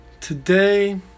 Today